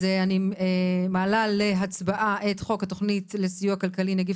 אני מעלה להצבעה את חוק התכנית לסיוע כלכלי (נגיף